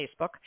Facebook